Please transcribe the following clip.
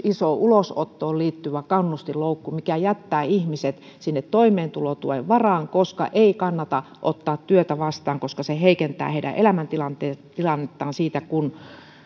iso ulosottoon liittyvä kannustinloukku mikä jättää ihmiset toimeentulotuen varaan koska ei kannata ottaa työtä vastaan koska se heikentää heidän elämäntilannettaan kun